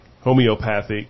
homeopathic